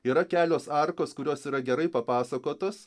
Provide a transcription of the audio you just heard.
yra kelios arkos kurios yra gerai papasakotos